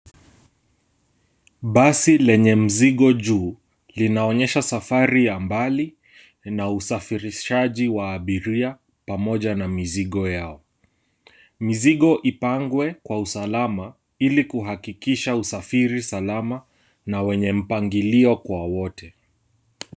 Basi lenye mzigo juu linaonyesha safari ya mbali na usafirishaji wa abiria pamoja na mizigo yao. Mizigo ipangwe kwa usalama ili kuhakikisha usafiri salama na wenye mpangilio kwa wote.